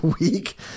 week